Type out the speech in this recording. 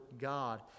God